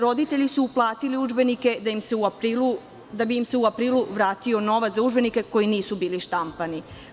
Roditelji su platili udžbenike da bi im se u aprilu vratio novac za udžbenike koji nisu bili štampani.